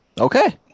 Okay